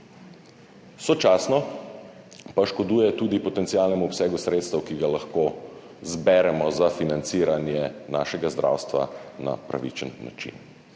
Sočasno pa škoduje tudi potencialnemu obsegu sredstev, ki jih lahko zberemo za financiranje našega zdravstva na pravičen način.